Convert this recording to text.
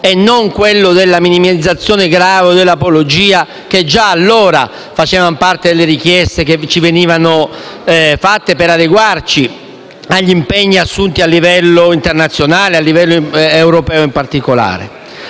e non quelli della minimizzazione grave e dell'apologia, che già allora facevano parte delle richieste che ci venivano rivolte per adeguarci agli impegni assunti a livello internazionale e a livello europeo in particolare.